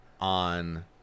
on